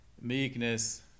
meekness